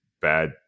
bad